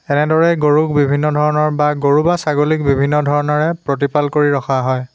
এনেদৰে গৰুক বিভিন্ন ধৰণৰ বা গৰু বা ছাগলীক বিভিন্ন ধৰণেৰে প্ৰতিপাল কৰি ৰখা হয়